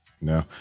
No